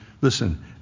listen